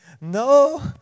no